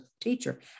teacher